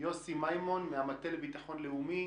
יוסי מימון מהמטה לביטחון לאומי,